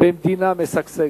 במדינה משגשגת.